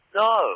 no